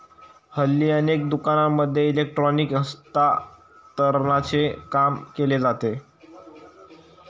हल्ली अनेक दुकानांमध्ये इलेक्ट्रॉनिक हस्तांतरणाचे काम केले जाते